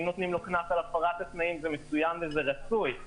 אם נותנים לא קנס על הפרת התנאים זה מצוין וזה רצוי,